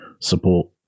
support